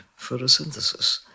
photosynthesis